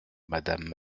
madame